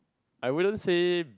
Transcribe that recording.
I wouldn't say